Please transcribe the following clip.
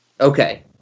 Okay